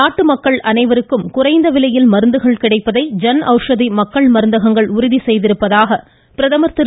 நாட்டு மக்கள் அனைவருக்கும் குறைந்த விலையில் மருந்துகள் கிடைப்பதை ஜன் அவுஷதி மக்கள் மருந்தகங்கள் உறுதி செய்திருப்பதாக பிரதமர் திரு